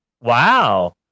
Wow